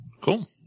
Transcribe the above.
Cool